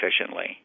efficiently